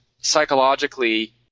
psychologically